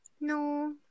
No